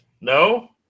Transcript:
No